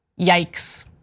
Yikes